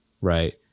right